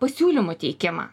pasiūlymų teikimą